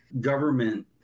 government